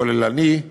כוללני,